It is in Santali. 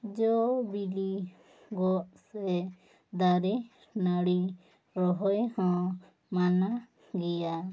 ᱡᱚ ᱵᱤᱞᱤ ᱜᱚᱫ ᱥᱮ ᱫᱟᱨᱮ ᱱᱟᱹᱲᱤ ᱨᱚᱦᱚᱭ ᱦᱚᱸ ᱢᱟᱱᱟ ᱜᱤᱭᱟ